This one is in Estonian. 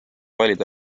valida